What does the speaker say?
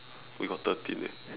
we got thirteen eh